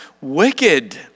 wicked